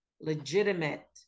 legitimate